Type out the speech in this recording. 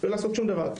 לא לעשות שום דבר.